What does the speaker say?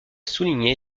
souligner